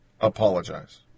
apologize